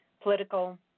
political